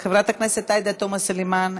חברת הכנסת עאידה תומא סלימאן,